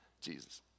Jesus